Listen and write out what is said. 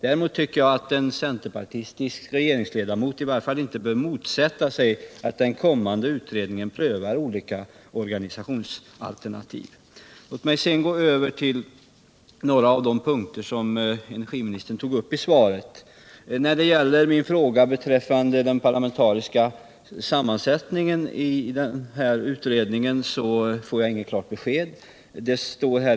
Däremot tycker jag att en centerpartistisk regeringsledamot i varje fall inte bör motsätta sig att den kommande utredningen prövar olika organisationsalternativ. Låt mig sedan gå över till några av de punkter som energiministern tog upp i svaret. På min fråga om den parlamentariska sammansättningen av utredningen fick jag inget klart besked.